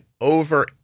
over